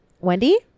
Wendy